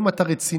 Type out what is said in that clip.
אם אתה רציני,